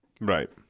Right